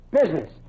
Business